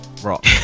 rock